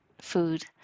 food